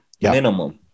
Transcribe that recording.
minimum